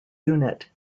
unit